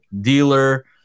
dealer